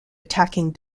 attacking